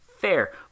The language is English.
fair